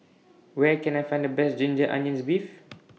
Where Can I Find The Best Ginger Onions Beef